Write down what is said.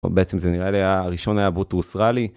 בעצם זה נראה לי הראשון היה בוטו סראלי.